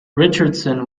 richardson